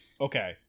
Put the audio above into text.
Okay